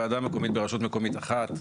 ועדה מקומית ברשות מקומית אחת,